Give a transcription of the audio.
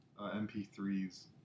mp3s